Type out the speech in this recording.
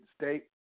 state